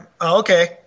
Okay